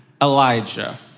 Elijah